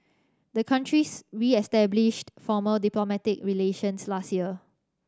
the countries reestablished formal diplomatic relations last year